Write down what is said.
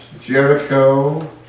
Jericho